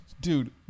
Dude